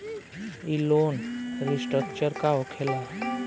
ई loan restructure का होखे ला?